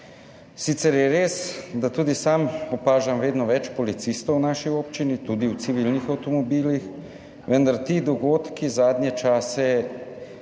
Sicer je res, da tudi sam opažam vedno več policistov v naši občini, tudi v civilnih avtomobilih, vendar ti dogodki zadnje čase,